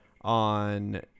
on